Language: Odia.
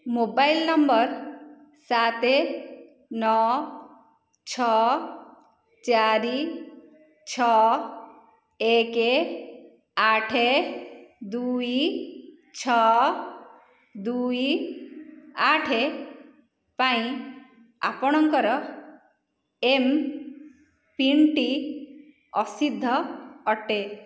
ମୋବାଇଲ୍ ନମ୍ବର୍ ସାତ ନଅ ଛଅ ଚାରି ଛଅ ଏକେ ଆଠ ଦୁଇ ଛଅ ଦୁଇ ଆଠ ପାଇଁ ଆପଣଙ୍କର ଏମ୍ପିନ୍ଟି ଅସିଦ୍ଧ ଅଟେ